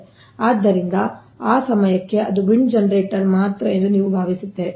ಆದ್ದರಿಂದ ಆ ಸಮಯಕ್ಕೆ ಅದು ವಿಂಡ್ ಜನರೇಟರ್ ಮಾತ್ರ ಎಂದು ನೀವು ಭಾವಿಸುತ್ತೀರಿ